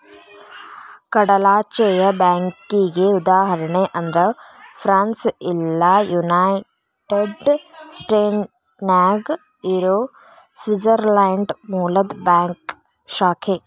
ಕಡಲಾಚೆಯ ಬ್ಯಾಂಕಿಗಿ ಉದಾಹರಣಿ ಅಂದ್ರ ಫ್ರಾನ್ಸ್ ಇಲ್ಲಾ ಯುನೈಟೆಡ್ ಸ್ಟೇಟ್ನ್ಯಾಗ್ ಇರೊ ಸ್ವಿಟ್ಜರ್ಲ್ಯಾಂಡ್ ಮೂಲದ್ ಬ್ಯಾಂಕ್ ಶಾಖೆ